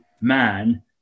man